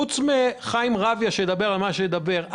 חוץ מחיים רביה שידבר על מה שידבר,